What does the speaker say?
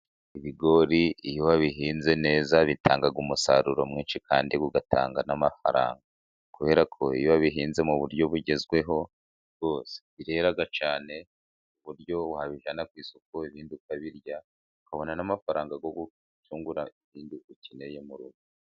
Ibigori iyo bihinze neza bitanga umusaruro mwinshi, kandi bigatanga n'amafaranga. Kubera ko iyo wabihinze mu buryo bugezweho rwose birera cyane, ku buryo wabijyana ku isoko ibindi ukabirya, ukabona n'amafaranga yo gucungura ibindi ukeneye mu rugo.